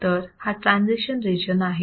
तर हा transition region आहे